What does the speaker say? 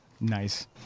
Nice